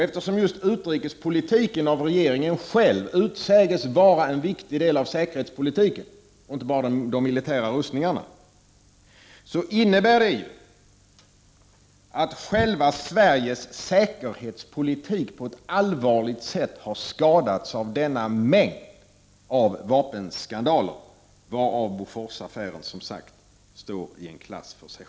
Eftersom just utrikespolitiken av regeringen själv utsägs vara en viktig del av säkerhetspolitiken — och inte bara de militära rustningarna — så innebär det att Sveriges säkerhetspolitik på ett allvarligt sätt har skadats av denna mängd av vapenskandaler, varav Boforsaffären som sagt står i en klass för sig.